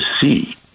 see